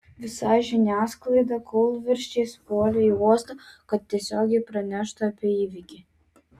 visa žiniasklaida kūlvirsčiais puolė į uostą kad tiesiogiai praneštų apie įvykį